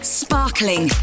sparkling